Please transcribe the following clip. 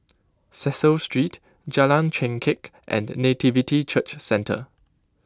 Cecil Street Jalan Chengkek and Nativity Church Centre